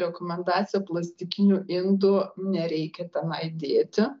rekomendacija plastikinių indų nereikia tenai dėti